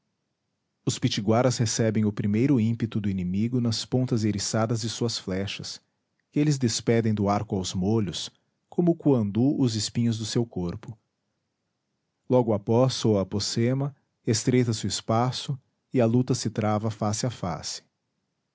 guerreiros os pitiguaras recebem o primeiro ímpeto do inimigo nas pontas eriçadas de suas flechas que eles despedem do arco aos molhos como o cuandu os espinhos do seu corpo logo após soa a pocema estreita se o espaço e a luta se trava face a face